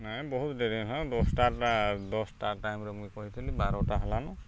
ନାଇଁ ବହୁତ୍ ଡେରି ହେଲାନ ଦଶ୍ଟା ଦଶ୍ଟା ଟାଇମ୍ରେ ମୁଇଁ କହିଥିଲି ବାରଟା ହେଲାନ